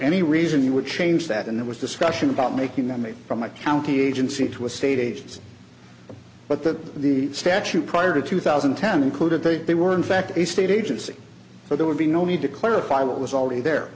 any reason you would change that and there was discussion about making them me from my county agency to a state agency but that the statute prior to two thousand and ten included that they were in fact a state agency so there would be no need to clarify what was already there